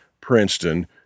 Princeton